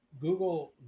Google